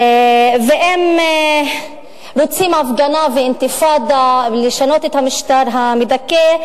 ואם רוצים הפגנה ואינתיפאדה לשנות את המשטר המדכא,